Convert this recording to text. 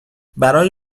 برای